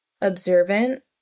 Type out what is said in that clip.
observant